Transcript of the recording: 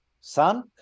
son